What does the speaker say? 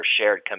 shared